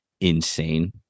insane